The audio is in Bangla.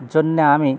জন্যে আমি